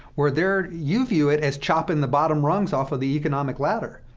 where they're you view it as chopping the bottom rungs off of the economic ladder,